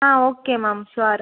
ah okay ma'am sure